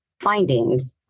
findings